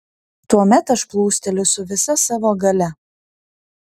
tuomet aš plūsteliu su visa savo galia